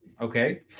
Okay